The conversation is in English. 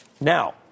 Now